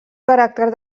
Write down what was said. caràcter